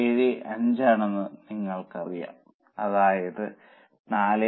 875 ആണെന്ന് നമ്മൾക്കറിയാം അതായത് 4